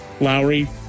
Lowry